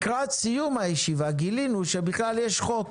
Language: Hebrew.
לקראת סיום הישיבה גילינו שבכלל יש חוק